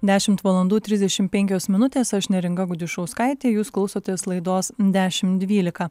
dešimt valandų trisdešimt penkios minutės aš neringa gudišauskaitė jūs klausotės laidos dešimt dvylika